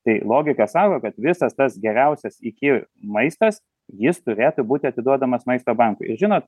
tai logika sako kad visas tas geriausias iki maistas jis turėtų būti atiduodamas maisto bankui ir žinot